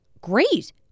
great